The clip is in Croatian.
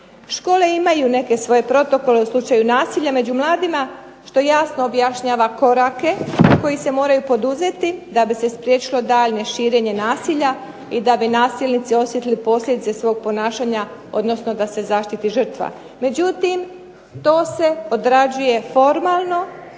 Škole imaju neke svoje protokole u slučaju nasilja među mladima što jasno objašnjava korake koji se moraju poduzeti da bi se spriječilo daljnje širenje nasilja i da bi nasilnici osjetili posljedice svog ponašanja, odnosno da se zaštiti žrtva. Međutim, to se odrađuje formalno